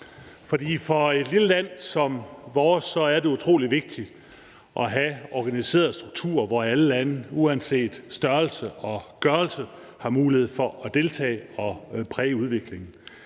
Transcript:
For et lille land som vores er det utrolig vigtigt at have organiserede strukturer, hvor alle lande uanset størrelse og gørelse har mulighed for at deltage og præge udviklingen,